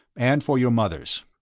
and for your mother's.